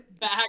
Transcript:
back